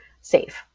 safe